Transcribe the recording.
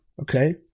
okay